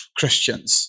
Christians